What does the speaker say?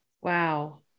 Wow